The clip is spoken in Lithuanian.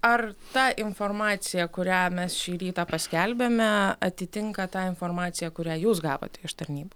ar ta informacija kurią mes šį rytą paskelbėme atitinka tą informaciją kurią jūs gavote iš tarnybų